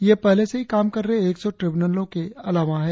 ये पहले से ही काम कर रहे एक सौ ट्रिब्यूनलों के अलावा हैं